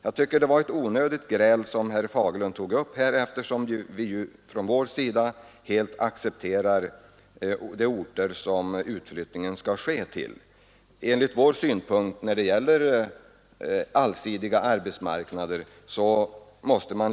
Jag tycker att det var ett onödigt gräl som herr Fagerlund tog upp här, eftersom vi ju från vår sida helt accepterar de orter till vilka utflyttningen skall ske.